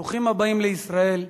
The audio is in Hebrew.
ברוכים הבאים לישראל.